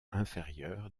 inférieur